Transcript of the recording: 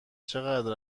چقدر